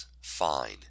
Fine